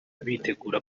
bitegura